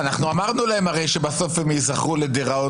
הרי אמרנו להם שבסוף הם ייזכרו לדיראון